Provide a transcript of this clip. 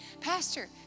pastor